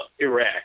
iraq